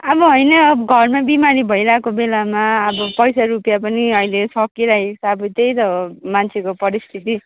अब होइन अब घरमा बिमारी भइरहेको बेलामा अब पैसा रुपियाँ पनि अहिले सकिइरहेको छ अब त्यही त हो मान्छेको परिस्थिति